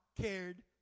cared